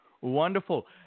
Wonderful